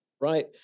Right